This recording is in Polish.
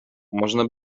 można